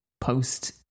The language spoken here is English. post